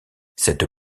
cette